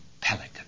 pelican